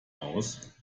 aus